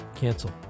cancel